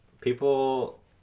people